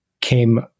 came